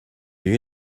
you